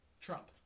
Trump